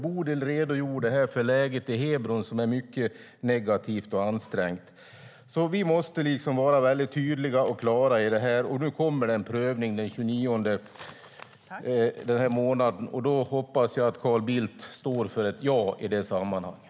Bodil redogjorde här för läget i Hebron, som är mycket negativt och ansträngt. Vi måste vara väldigt tydliga och klara i detta. Nu blir det en prövning den 29 november, och då hoppas jag att Carl Bildt står för ett ja i det sammanhanget.